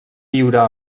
viure